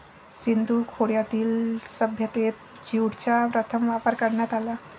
सिंधू खोऱ्यातील सभ्यतेत ज्यूटचा प्रथम वापर करण्यात आला